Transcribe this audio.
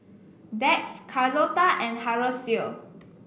Dax Carlotta and Horacio